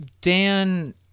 Dan